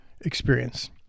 experience